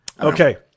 Okay